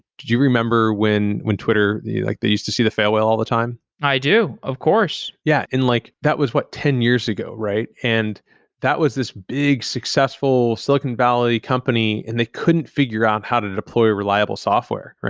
did you remember when when twitter, like they used to see the fail whale all the time? i do. of course yeah, and like that was what? ten years ago, right? and that was this big, successful silicon valley company and they couldn't figure out how to deploy reliable software.